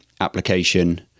application